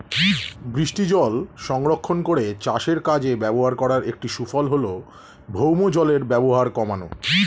বৃষ্টিজল সংরক্ষণ করে চাষের কাজে ব্যবহার করার একটি সুফল হল ভৌমজলের ব্যবহার কমানো